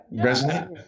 resonate